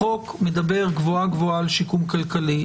החוק מדבר גבוהה גבוהה על שיקום כלכלי,